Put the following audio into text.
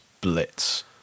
blitz